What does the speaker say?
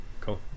cool